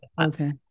Okay